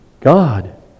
God